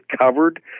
covered